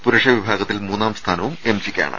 പുരുഷ വിഭാഗത്തിൽ മൂന്നാം സ്ഥാനവും എം ജിയ്ക്കാ ണ്